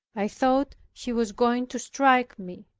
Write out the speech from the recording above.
i thought he was going to strike me